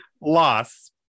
loss